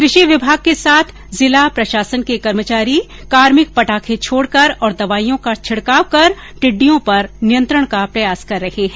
कृषि विभाग के साथ जिला प्रशासन के कार्मिक भी पटाखे छोडकर और दवाइयों का छिड़काव कर टिड़ियों पर नियंत्रण का प्रयास कर रहे हैं